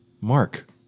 Mark